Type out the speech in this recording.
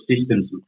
systems